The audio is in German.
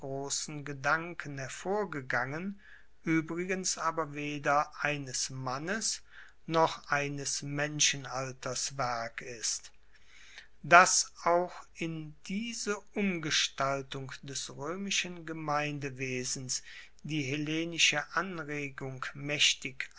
gedanken hervorgegangen uebrigens aber weder eines mannes noch eines menschenalters werk ist dass auch in diese umgestaltung des roemischen gemeindewesens die hellenische anregung maechtig